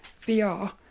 vr